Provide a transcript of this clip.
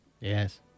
yes